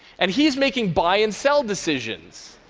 and he's making buy and sell decisions.